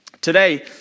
today